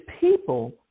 people